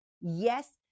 Yes